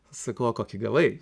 sakau o kokį gavai